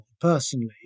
personally